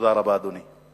תודה רבה, אדוני.